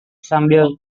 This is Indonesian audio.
sambil